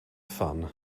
fun